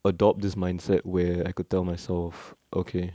adopt this mindset where I could tell myself okay